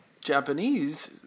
Japanese